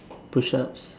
push ups